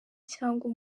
cyangwa